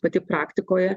pati praktikoje